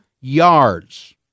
yards